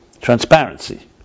Transparency